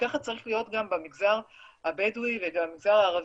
ככה זה צריך להיות גם במגזר הבדואי ובמגזר הערבי.